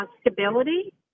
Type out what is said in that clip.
stability